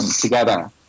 together